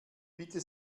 bitte